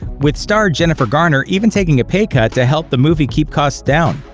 with star jennifer garner even taking a pay cut to help the movie keep costs down.